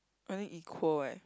only eco eh